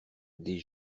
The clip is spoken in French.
des